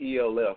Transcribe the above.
ELF